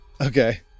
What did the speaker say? Okay